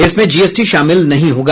इसमें जीएसटी शामिल नहीं होगा